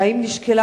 האם נשקלה